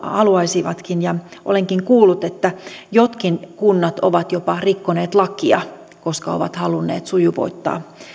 haluaisivatkin olenkin kuullut että jotkin kunnat ovat jopa rikkoneet lakia koska ovat halunneet sujuvoittaa